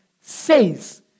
Says